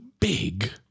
big